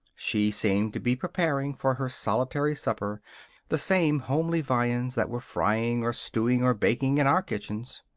she seemed to be preparing for her solitary supper the same homely viands that were frying or stewing or baking in our kitchens.